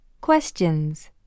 Questions